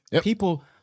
People